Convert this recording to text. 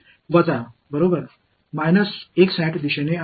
மாணவர் மைனஸ் அது திசையில் உள்ளது